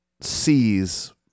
sees